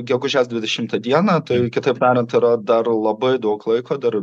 gegužės dvidešimtą dieną tai kitaip tariant yra dar labai daug laiko dar